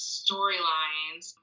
storylines